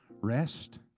Rest